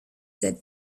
that